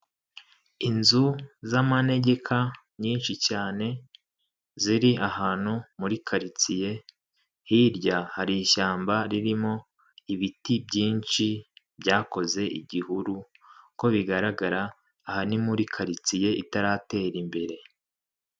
Inzu z'amanegeka nyinshi cyane, ziri ahantu muri karitsiye, hirya hari ishyamba ririmo ibiti byinshi byakoze igihuru, uko bigaragara aha ni muri karitsiye itaratera imbere.